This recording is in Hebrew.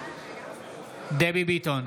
דבי ביטון,